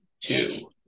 Two